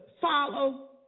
follow